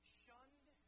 shunned